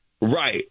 Right